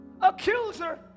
accuser